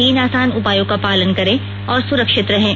तीन आसान उपायों का पालन करें और सुरक्षित रहें